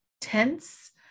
tense